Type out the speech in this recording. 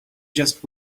just